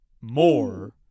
more